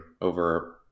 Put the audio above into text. over